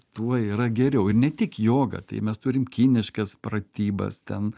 tuo yra geriau ir ne tik joga tai mes turim kiniškas pratybas ten